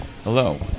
Hello